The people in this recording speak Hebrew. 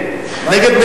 נגד.